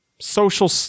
social